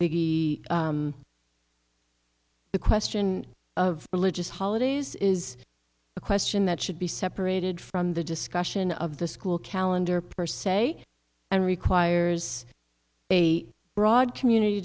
maybe the question of religious holidays is a question that should be separated from the discussion of the school calendar per se and requires a broad community